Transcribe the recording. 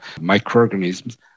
microorganisms